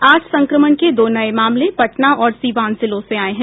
आज संक्रमण के दो नये मामले पटना और सीवान जिलों से आये हैं